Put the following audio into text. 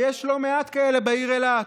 ויש לא מעט כאלה בעיר אילת?